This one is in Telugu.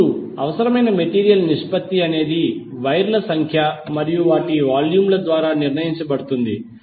ఇప్పుడు అవసరమైన మెటీరీయల్ నిష్పత్తి అనేది వైర్ల సంఖ్య మరియు వాటి వాల్యూమ్ ల ద్వారా నిర్ణయించబడుతుంది